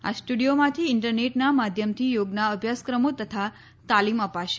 આ સ્ટુડિયોમાંથી ઇન્ટરનેટના માધ્યમથી યોગના અભ્યાસક્રમો તથા તાલિમ અપાશે